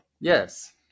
yes